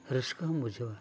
ᱨᱟᱹᱥᱠᱟᱹ ᱦᱚᱢ ᱵᱩᱡᱷᱟᱹᱣᱟ